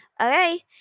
Okay